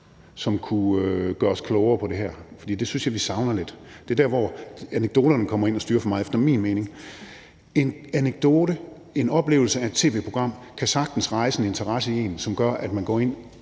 som kunne gøre os klogere på det her, for det synes jeg vi savner lidt. Vi er der, hvor anekdoterne kommer ind og styrer for meget efter min mening. En anekdote og en oplevelse af et tv-program kan sagtens rejse en interesse i en, som gør, at man bliver